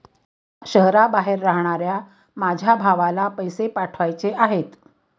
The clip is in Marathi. मला शहराबाहेर राहणाऱ्या माझ्या भावाला पैसे पाठवायचे आहेत